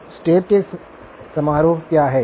तो स्टेरकासे समारोह क्या है